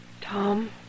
Tom